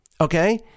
Okay